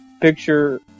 picture